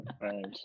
right